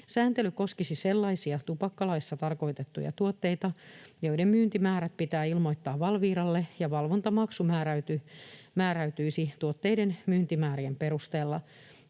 Sääntely koskisi sellaisia tupakkalaissa tarkoitettuja tuotteita, joiden myyntimäärät pitää ilmoittaa Valviralle, ja valvontamaksu määräytyisi tuotteiden myyntimäärien perusteella.